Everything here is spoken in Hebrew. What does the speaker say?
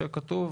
שכתוב